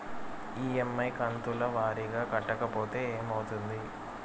EMI కంతుల వారీగా కట్టకపోతే ఏమవుతుంది?